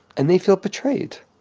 and they feel betrayed.